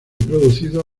producido